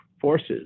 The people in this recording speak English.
forces